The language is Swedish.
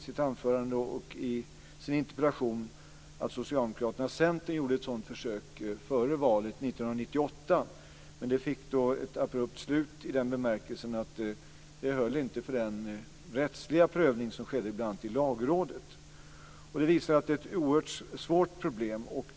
Socialdemokraterna och Centern gjorde ett sådant försök före valet 1998, men det fick ett abrupt slut i den bemärkelsen att det inte höll för den rättsliga prövning som skedde bl.a. i Lagrådet. Det visar att detta är ett oerhört svårt problem.